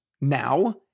now